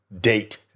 date